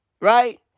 Right